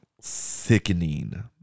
sickening